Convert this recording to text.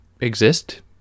exist